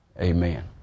amen